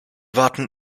warten